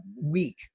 week